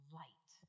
light